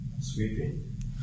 sweeping